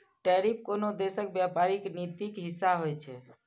tariff कोनो देशक व्यापारिक नीतिक हिस्सा होइ छै